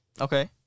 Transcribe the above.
Okay